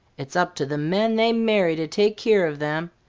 it's up to the men they marry to take keer of them.